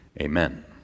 amen